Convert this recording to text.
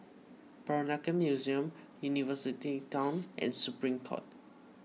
Peranakan Museum University Town and Supreme Court